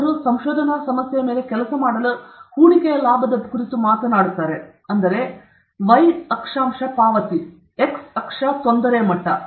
ಅವರು ಸಂಶೋಧನಾ ಸಮಸ್ಯೆಯ ಮೇಲೆ ಕೆಲಸ ಮಾಡಲು ಹೂಡಿಕೆಯ ಲಾಭವನ್ನು ಕುರಿತು ಮಾತನಾಡುತ್ತಾರೆ ಅದು ಪಾವತಿಯ ವೈ ಅಕ್ಷ ಮತ್ತು x ಆಕ್ಸಿಸ್ ತೊಂದರೆ ಮಟ್ಟ